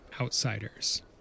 outsiders